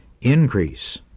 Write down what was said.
increase